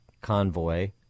convoy